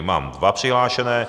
Mám dva přihlášené.